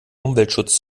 umweltschutz